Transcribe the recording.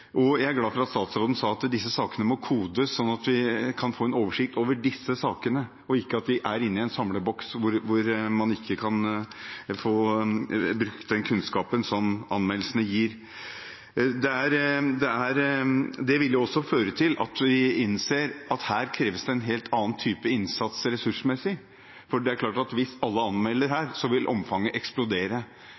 Og jeg er glad for at statsråden sa at disse sakene må kodes sånn at vi kan få en oversikt over dem, at de ikke er inne i en samleboks hvor man ikke kan få brukt den kunnskapen som anmeldelsene gir. Det ville føre til at vi innser at her kreves det en helt annen type innsats ressursmessig, for det er klart at hvis alle anmelder her, vil omfanget eksplodere.